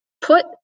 put